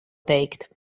teikt